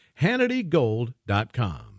HannityGold.com